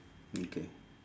mm K